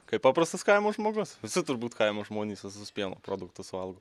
kaip paprastas kaimo žmogus visi turbūt kaimo žmonės visus pieno produktus valgo